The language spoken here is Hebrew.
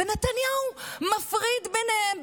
ונתניהו מפריד ביניהם,